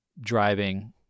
driving